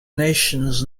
nations